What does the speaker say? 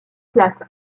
place